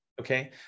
Okay